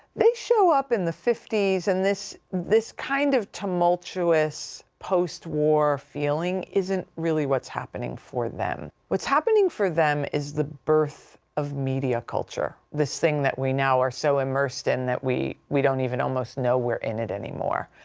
they show up in the fifty s. and this, this kind of tumultuous post war feeling isn't really what's happening for them. what's happening for them is the birth of media culture. this thing that we now are so immersed in that we, we don't even almost know we're in it anymore.